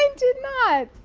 and did not.